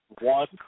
one